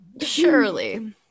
Surely